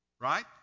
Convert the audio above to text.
right